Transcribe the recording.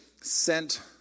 sent